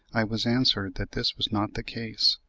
i was answered that this was not the case,